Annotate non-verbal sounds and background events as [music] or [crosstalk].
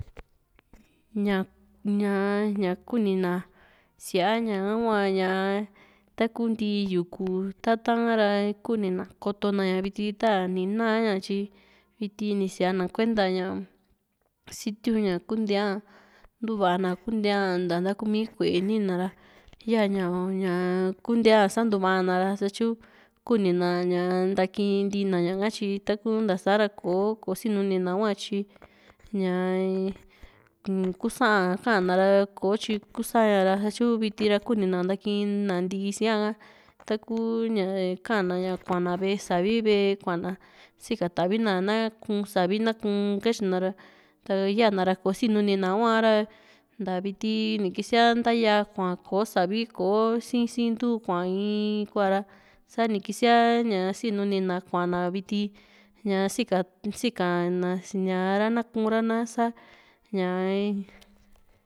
[noise] ña ñá kunina siaia ña´hua taku ntii yuku tata´n a´ra kunina ko´to na viti ta ni naa ña tyi viti ni siana kuenta ña sitiuña kuntee a nutuva na kuntee a nta ntakumi ku´e nii na ra yaa ña ña kuntea santu va´a na ra tyu kunina ñaa ntakintina ña´ha tyi taku ntasa ra kò´o sinuni na ña hua tyi ñaa inkusaa ka´na ra kotyi kusaña ra satyu viti ra kuni ntakina ntii síaa ha takuu ña ka´na kua na ve´e savi ve´e kuana sika tavi na na kuu´n savi na kuu´n katyina ra yaa na ra kò´o sinuni na kua ra nta viti ni kisia ntaa ya kua kòp o savi kò´o sii sii ntuu kua in kuara sani kisia sinuni na kua´na viti ñaa sika´n sika na ña´ra na kuu´n ra na´sa ña in